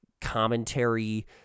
commentary